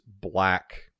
black